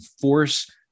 force